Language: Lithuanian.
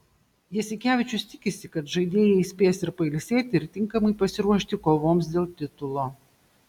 jasikevičius tikisi kad žaidėjai spės ir pailsėti ir tinkamai pasiruošti kovoms dėl titulo